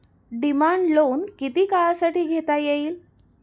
Demand loan किती काळासाठी घेता येईल?